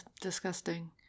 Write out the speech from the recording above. disgusting